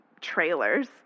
trailers